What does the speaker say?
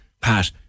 Pat